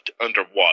underwater